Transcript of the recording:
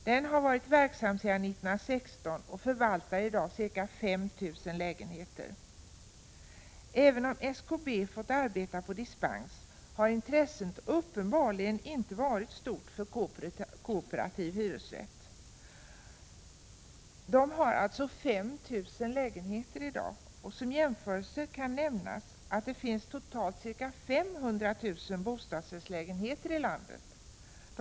Den har varit verksam sedan 1916 och omfattar i dag ca 5 000 lägenheter. Även om SKB fått arbeta på dispens har intresset uppenbarligen inte varit stort för kooperativ hyresrätt. Dessa 5 000 lägenheter kan jämföras med att det totalt finns cirka 500 000 bostadsrättslägenheter i landet.